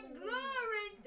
glory